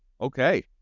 okay